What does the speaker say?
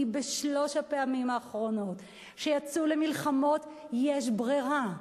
כי בשלוש הפעמים האחרונות שיצאו למלחמות "יש ברירה",